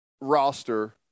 roster